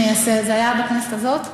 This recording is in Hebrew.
זה היה בכנסת הזאת?